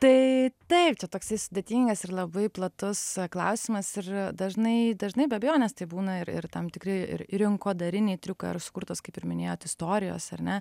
tai taip čia toksai sudėtingas ir labai platus klausimas ir dažnai dažnai be abejonės tai būna ir ir tam tikri ri rinkodariniai triukai ar sukurtos kaip ir minėjot istorijos ar ne